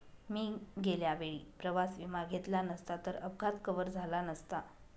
मी गेल्या वेळी प्रवास विमा घेतला नसता तर अपघात कव्हर झाला नसता